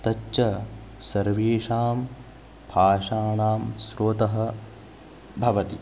तच्च सर्वेषां भाषाणां स्रोतः भवति